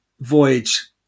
voyage